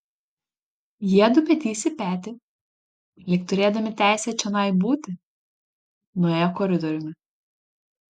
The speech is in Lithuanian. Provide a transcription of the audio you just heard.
jiedu petys į petį lyg turėdami teisę čionai būti nuėjo koridoriumi